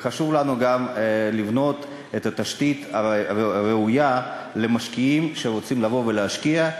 וחשוב לנו גם לבנות את התשתית הראויה למשקיעים שרוצים לבוא ולהשקיע,